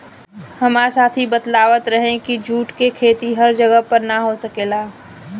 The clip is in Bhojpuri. हामार साथी बतलावत रहे की जुट के खेती हर जगह पर ना हो सकेला